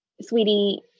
sweetie